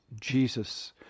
Jesus